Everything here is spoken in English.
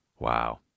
Wow